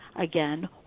again